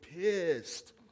pissed